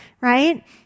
right